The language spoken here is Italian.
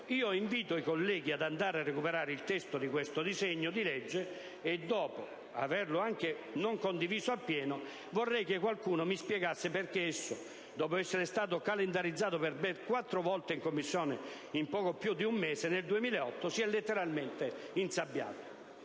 Io invito i colleghi ad andare a recuperare il testo di questo disegno di legge e vorrei che qualcuno, anche nel caso non lo abbia condiviso appieno, mi spiegasse perché esso, dopo essere stato calendarizzato per ben quattro volte in Commissione in poco più di un mese nel 2008, si è letteralmente insabbiato.